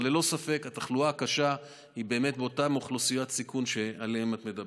אבל ללא ספק התחלואה הקשה היא באותן אוכלוסיות סיכון שעליהן את מדברת.